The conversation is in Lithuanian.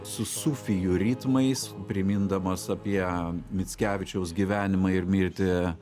su sufijų ritmais primindamos apie mickevičiaus gyvenimą ir mirtį